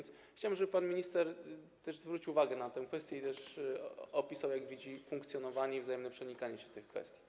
Chciałbym, żeby pan minister zwrócił uwagę na te kwestie i opisał, jak widzi funkcjonowanie i wzajemne przenikanie się tych kwestii.